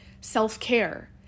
Self-care